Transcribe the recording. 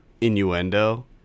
innuendo